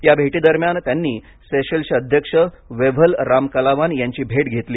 या भेटीदरम्यान त्यांनी सेशल्सचे अध्यक्ष वेव्हल रामकलावान यांची भेट घेतली